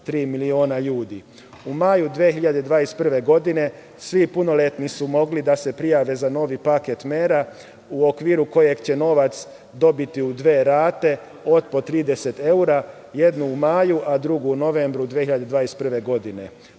4,3 miliona ljudi. U maju 2021. godine svi punoletni su mogli da se prijave za novi paket mera u okviru kojeg će novac dobiti u dve rate od po 30 evra, jednu u maju a drugu u novembru 2021. godine.